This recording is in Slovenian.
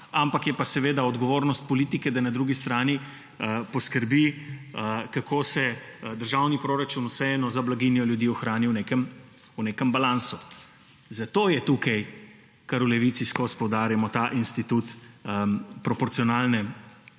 je pa seveda odgovornost politike, da na drugi strani poskrbi, kako se državni proračun vseeno za blaginjo ljudi ohrani v nekem balansu. Zato je tukaj, kar v Levici ves čas poudarjamo, ta institut proporcionalne